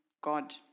God